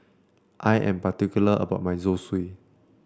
I am particular about my Zosui